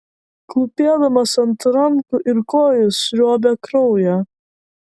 klūpėdamas ant rankų ir kojų sriuobė kraują